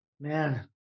Man